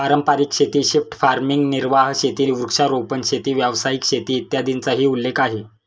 पारंपारिक शेती, shift farming, निर्वाह शेती, वृक्षारोपण शेती, व्यावसायिक शेती, इत्यादींचाही उल्लेख आहे